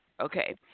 Okay